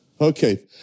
Okay